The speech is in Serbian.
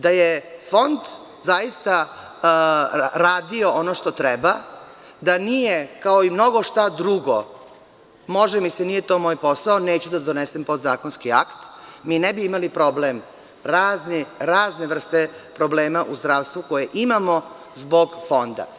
Da je Fond zaista radio ono što treba, da nije kao i mnogo šta drugo može mi se, nije to moj posao, neću da donesem podzakonski akt, mi ne bi imali problem, razne vrste problema u zdravstvu koje imamo zbog Fonda.